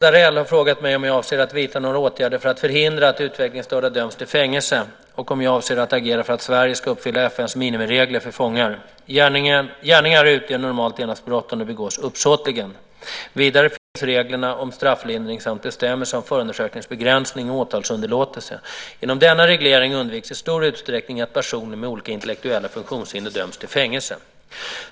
Fru talman! Linnéa Darell har frågat mig om jag avser att vidta några åtgärder för att förhindra att utvecklingsstörda döms till fängelse och om jag avser att agera för att Sverige ska uppfylla FN:s minimiregler för fångar. Gärningar utgör normalt brott endast om de begås uppsåtligen. Vidare finns reglerna om strafflindring samt bestämmelser om förundersökningsbegränsning och åtalsunderlåtelse. Genom denna reglering undviks i stor utsträckning att personer med olika intellektuella funktionshinder döms till fängelse.